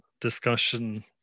discussion